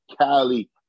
Cali